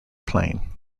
plane